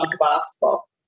basketball